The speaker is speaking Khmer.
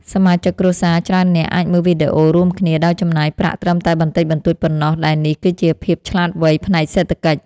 សមាជិកគ្រួសារច្រើននាក់អាចមើលវីដេអូរួមគ្នាដោយចំណាយប្រាក់ត្រឹមតែបន្តិចបន្តួចប៉ុណ្ណោះដែលនេះគឺជាភាពឆ្លាតវៃផ្នែកសេដ្ឋកិច្ច។